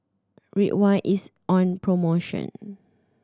Ridwind is on promotion